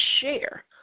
share